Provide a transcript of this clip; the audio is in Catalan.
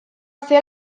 ser